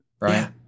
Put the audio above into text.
Right